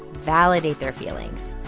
validate their feelings.